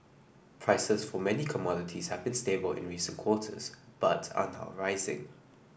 prices for many commodities have been stable in recent quarters but are now rising